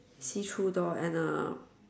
see through door and a